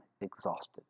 exhausted